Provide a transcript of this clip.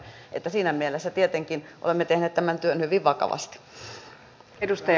että siinä mielessä tietenkin olemme tehneet tämän työn hyvin vakavasti